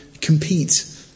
compete